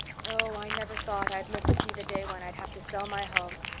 oh, i never thought i'd live to see the day when i'd have to sell my home.